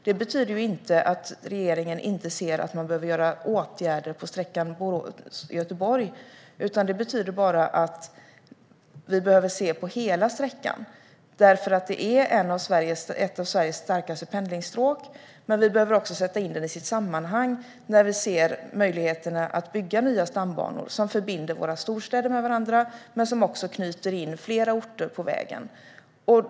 Detta betyder inte att regeringen inte ser att vi behöver göra åtgärder på sträckan Borås-Göteborg, utan det betyder bara att vi behöver se på hela sträckan, eftersom det är ett av Sveriges starkaste pendlingsstråk. Men vi behöver också sätta in den i dess sammanhang när vi ser möjligheterna att bygga nya stambanor som förbinder våra storstäder med varandra och som också knyter in flera orter på vägen.